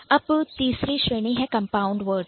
और तीसरी श्रेणी है Compound Words कंपाउंड वर्ड्स की